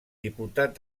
diputat